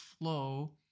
flow